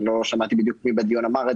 אני לא שמעתי בדיוק מי בדיון אמר את